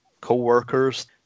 co-workers